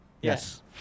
Yes